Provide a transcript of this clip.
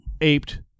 aped